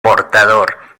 portador